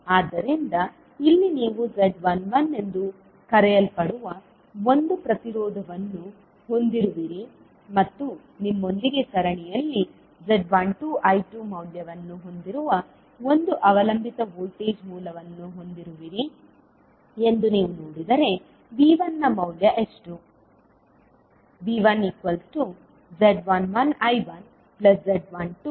ಆದ್ದರಿಂದ ಇಲ್ಲಿ ನೀವು z11 ಎಂದು ಕರೆಯಲ್ಪಡುವ ಒಂದು ಪ್ರತಿರೋಧವನ್ನು ಹೊಂದಿರುವಿರಿ ಮತ್ತು ನಿಮ್ಮೊಂದಿಗೆ ಸರಣಿಯಲ್ಲಿ z12 I2 ಮೌಲ್ಯವನ್ನು ಹೊಂದಿರುವ ಒಂದು ಅವಲಂಬಿತ ವೋಲ್ಟೇಜ್ ಮೂಲವನ್ನು ಹೊಂದಿರುವಿರಿ ಎಂದು ನೀವು ನೋಡಿದರೆ V1 ನ ಮೌಲ್ಯ ಎಷ್ಟು